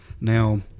Now